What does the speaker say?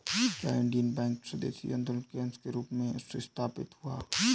क्या Indian bank स्वदेशी आंदोलन के अंश के रूप में स्थापित हुआ?